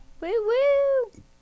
Woo-woo